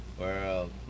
World